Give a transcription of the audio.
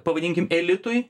pavadinkim elitui